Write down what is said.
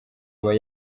aba